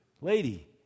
lady